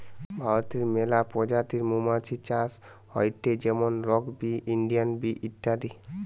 ভারতে মেলা প্রজাতির মৌমাছি চাষ হয়টে যেমন রক বি, ইন্ডিয়ান বি ইত্যাদি